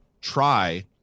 try